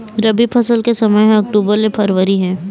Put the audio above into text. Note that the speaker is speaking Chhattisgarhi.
रबी फसल के समय ह अक्टूबर ले फरवरी हे